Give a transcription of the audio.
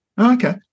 Okay